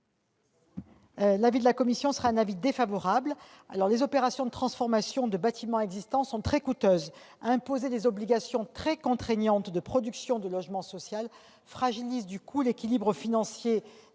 avis défavorable sur cet amendement. Les opérations de transformation de bâtiments existants sont très coûteuses. Imposer des obligations très contraignantes de production de logement social fragiliserait l'équilibre financier